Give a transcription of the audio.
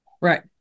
Right